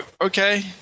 Okay